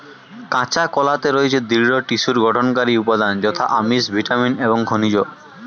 কাঁচা কলাতে রয়েছে দৃঢ় টিস্যুর গঠনকারী উপাদান যথা আমিষ, ভিটামিন এবং খনিজ